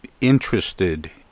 interested